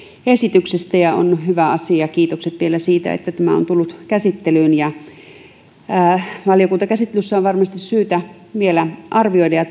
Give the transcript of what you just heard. esityksestä ja on hyvä asia ja kiitokset vielä siitä että tämä on tullut käsittelyyn valiokuntakäsittelyssä on varmasti syytä vielä arvioida ja